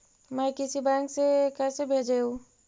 मैं किसी बैंक से कैसे भेजेऊ